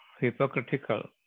hypocritical